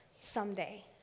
Someday